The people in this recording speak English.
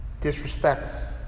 disrespects